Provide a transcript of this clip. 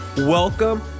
Welcome